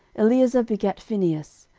eleazar begat phinehas,